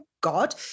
God